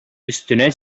өстенә